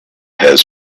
has